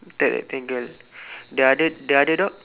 third rectangle the other the other dog